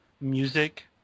music